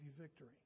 victory